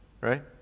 right